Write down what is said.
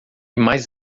mais